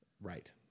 right